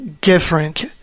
different